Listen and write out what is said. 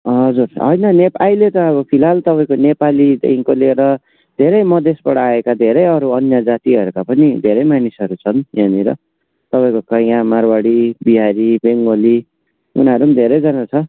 हजुर हैन ने अहिले त अब फिलहाल तपाईँको नेपालीदेखिन्को लिएर धेरै मधेसबाट आएका धेरैहरू अन्य जातिहरूको पनि धेरै मानिसहरू छन् यहाँनिर तपाईँको खोइ यहाँ मारवाडी बिहारी बङ्गाली उनीहरू पनि धेरैजना छ